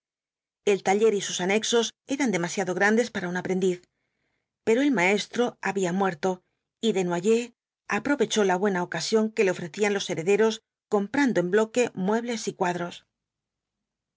el taller y sus anexos eran demasiado grandes para un aprendiz pero el maestro había muerto y desnoyers aprovechó la buena ocasión que le ofrecían los herederos comprando en bloque muebles y cuadros